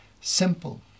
simple